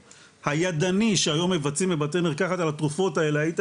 הידני שהיום מבצעים בבתי מרקחת על התרופות האלה,